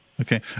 Okay